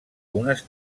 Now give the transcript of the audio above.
unes